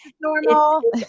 normal